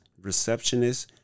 Receptionists